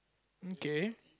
um K